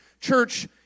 church